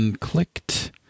clicked